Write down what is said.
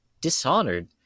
dishonored